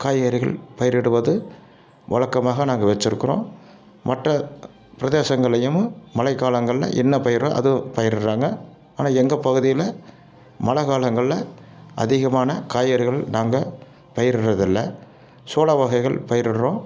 காய்கறிகள் பயிரிடுவது வழக்கமாக நாங்கள் வச்சிருக்கிறோம் மற்ற பிரதேசங்களையும் மழை காலங்களில் என்ன பயிரோ அது பயிரிடுறாங்க ஆனால் எங்கள் பகுதியில் மழை காலங்களில் அதிகமான காய்கறிகள் நாங்கள் பயிரிடுறதில்ல சோளம் வகைகள் பயிரிடுறோம்